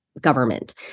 government